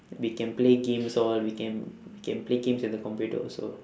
we can play games all we can we can play games at the computer also